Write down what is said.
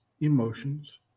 emotions